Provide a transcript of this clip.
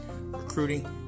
recruiting